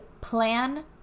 plan